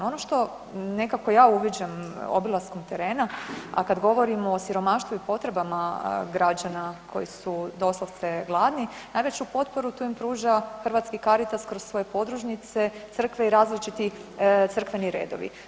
Ono što nekako ja uviđam obilaskom terena, a kad govorimo o siromaštvu i potrebama građana koji su doslovce gladni najveću potporu tu im pruža Hrvatski Caritas kroz svoje podružnice, crkve i različiti crkveni redovi.